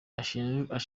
ashinjwa